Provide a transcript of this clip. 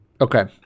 Okay